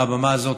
מהבמה הזאת,